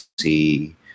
see –